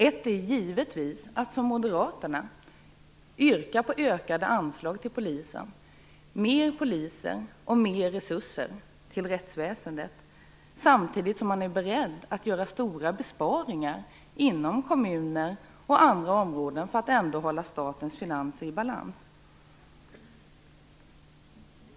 Ett sätt är givetvis att som moderaterna yrka på ökade anslag till polisen - fler poliser och ökade resurser till rättsväsendet. Samtidigt är moderaterna beredda att göra stora besparingar inom kommuner och andra områden för att ändå hålla statens finanser i balans.